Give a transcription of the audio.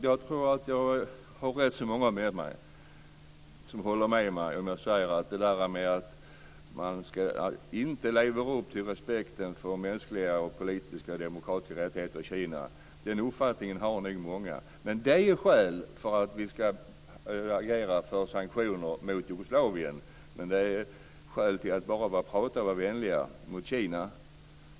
Jag tror att rätt så många håller med mig om jag säger att man inte lever upp till respekten för mänskliga, politiska och demokratiska rättigheter i Kina. Den uppfattningen har nog många. Det är skäl för att vi ska agera för sanktioner mot Jugoslavien, men av samma skäl ska vi bara prata och vara vänliga mot Kina.